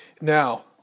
Now